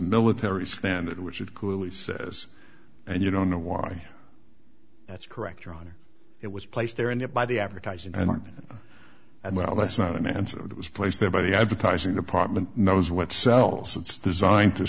military standard which it clearly says and you don't know why that's correct your honor it was placed there and it by the advertising and and well that's not an answer that was placed there by the advertising department knows what sells it's designed to